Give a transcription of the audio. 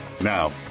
now